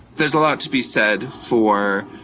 there's a lot to be said for